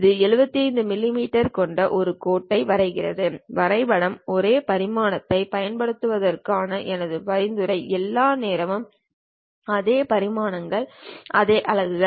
இது 75 மிமீ கொண்ட ஒரு கோட்டை வரைகிறது வரைபடம் ஒரே பரிமாணத்தைப் பயன்படுத்துவதற்கான எனது பரிந்துரை எல்லா நேரமும் அதே பரிமாணங்களின் அதே அலகுகள்